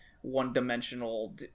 one-dimensional